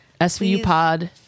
svupod